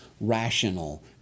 rational